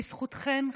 בזכותכן,